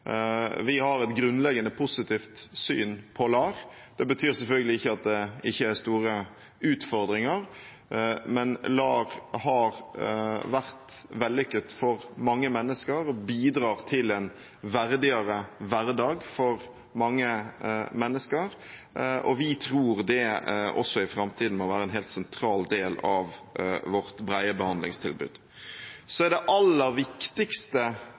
Vi har et grunnleggende positivt syn på LAR. Det betyr selvfølgelig ikke at det ikke er store utfordringer, men LAR har vært vellykket for mange mennesker og bidrar til en mer verdig hverdag for mange mennesker. Vi tror det også i framtiden må være en helt sentral del av vårt brede behandlingstilbud. Så er det aller viktigste